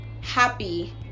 happy